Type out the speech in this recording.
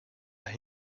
are